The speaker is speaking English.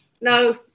no